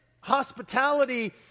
hospitality